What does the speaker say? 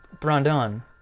Brandon